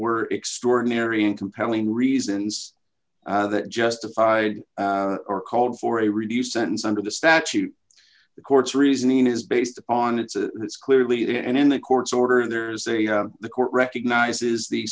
were extraordinary and compelling reasons that justified or called for a reduced sentence under the statute the court's reasoning is based on it's a it's clearly and in the court's order there's a the court recognizes the